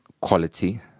quality